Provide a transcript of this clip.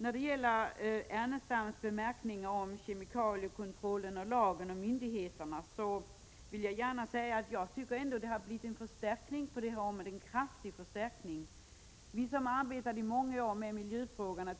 På Lars Ernestams anmärkningar om kemikaliekontroll och lag och myndigheter vill jag gärna svara, att det ändå har blivit en kraftig förstärkning. Vi som i många år arbetade med miljöfrågorna